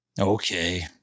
okay